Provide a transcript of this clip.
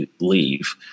leave